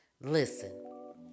Listen